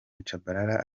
tchabalala